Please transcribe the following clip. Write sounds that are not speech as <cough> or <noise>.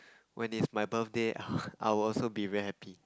when it's my birthday <noise> I will also be very happy